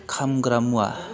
खामग्रा मुवा